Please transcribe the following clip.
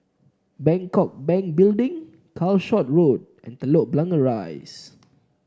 Bangkok Bank Building Calshot Road and Telok Blangah Rise